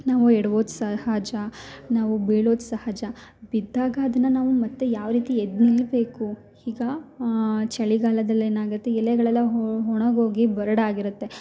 ನಾವು ಎಡ್ವೋದು ಸಹಜ ನಾವು ಬೀಳೋದು ಸಹಜ ಬಿದ್ದಾಗ ಅದನ್ನು ನಾವು ಮತ್ತು ಯಾವ ರೀತಿ ಎದ್ದು ನಿಲ್ಲಬೇಕು ಈಗ ಚಳಿಗಾಲದಲ್ಲಿಏನಾಗುತ್ತೆ ಎಲೆಗಳೆಲ್ಲ ಒಣಗೋಗಿ ಬರಡಾಗಿರುತ್ತೆ